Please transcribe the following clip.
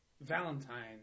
Valentine